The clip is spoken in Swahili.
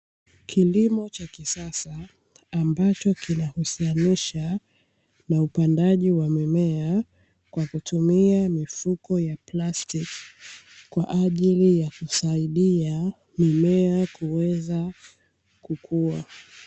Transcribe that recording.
Kilimo cha kisasa ambacho kinahusianisha na upandaji wa mimea kwa kutumia mifuko ya plastiki, kwa ajili ya kusaidia mimea kuweza kukua.